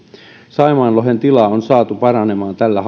saimaan lohen tila on saatu paranemaan tällä